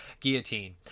guillotine